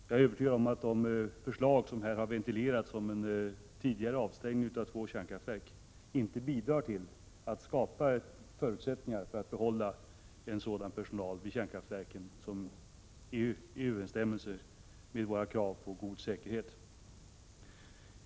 Jag är övertygad om att de förslag som här har ventilerats om en tidigare avstängning av två kärnkraftverk inte bidrar härtill.